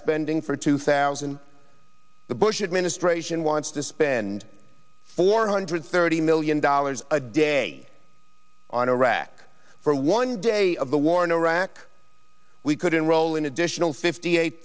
spending for two thousand the bush administration wants to spend four hundred thirty million dollars a day on iraq for one day of the war in iraq we could enroll an additional fifty eight